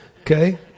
okay